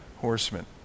horsemen